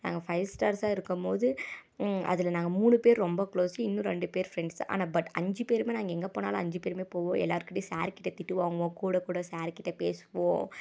நாங்கள் ஃபைவ் ஸ்டார்ஸா இருக்கும் போது அதில் நாங்கள் மூணு பேர் ரொம்ப குளோஸு இன்னும் ரெண்டு பேர் ஃப்ரெண்ட்ஸ் ஆனால் பட் அஞ்சுப் பேருமே நாங்கள் எங்கே போனாலும் நாங்கள் அஞ்சுப் பேருமே போவோம் எல்லோருக்கிட்டயும் சார்கிட்டயும் திட்டு வாங்குவோம் கூடக் கூட சாருக்கிட்டே பேசுவோம்